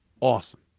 awesome